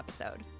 episode